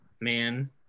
man